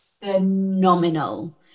phenomenal